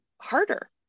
harder